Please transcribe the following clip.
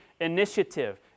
initiative